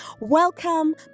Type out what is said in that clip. Welcome